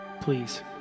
please